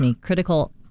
critical